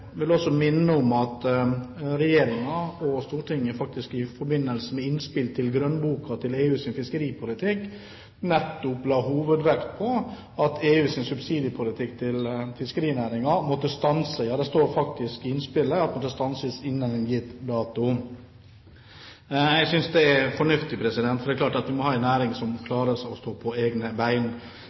også minne om at Regjeringen og Stortinget i forbindelse med innspill til grønnboken til EUs fiskeripolitikk nettopp la hovedvekt på at EUs subsidiepolitikk til fiskerinæringen måtte stanse, ja det står faktisk at den måtte stanses innen en gitt dato. Jeg synes det er fornuftig, for det er klart at vi må ha en næring som klarer å stå på egne